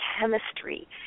chemistry